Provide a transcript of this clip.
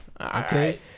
Okay